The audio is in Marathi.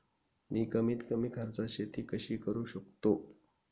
मी कमीत कमी खर्चात शेती कशी करू शकतो?